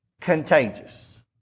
contagious